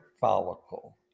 follicle